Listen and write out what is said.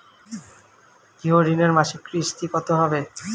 গৃহ ঋণের মাসিক কিস্তি কত হবে?